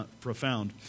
profound